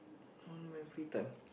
on my free time